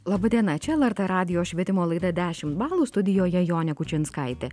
laba diena čia lrt radijo švietimo laida dešim balų studijoje jonė kučinskaitė